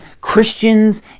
Christians